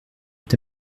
est